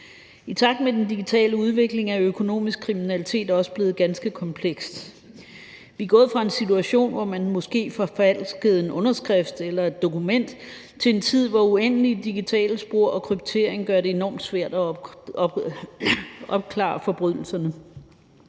I takt med den digitale udvikling er økonomisk kriminalitet også blevet ganske komplekst. Vi er gået fra en situation, hvor man måske forfalskede en underskrift eller et dokument, til en situation, hvor uendelige digitale spor og kryptering gør det enormt svært at opklare forbrydelserne.